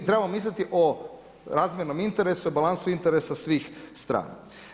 I trebamo misliti o razmjernom interesu, balansu interesa svih strana.